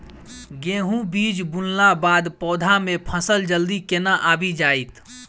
गेंहूँ बीज बुनला बाद पौधा मे फसल जल्दी केना आबि जाइत?